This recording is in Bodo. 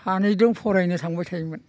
सानैदों फरायनो थांबाय थायोमोन